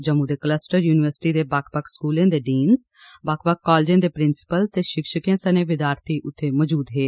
जम्मू दे cluster university दे बक्ख बक्ख स्कूलें दे डीनस बक्ख बक्ख कालेजें दे प्रिंसिपलस तेशिक्षकें सनें विद्यार्थी उत्थें मजूद हे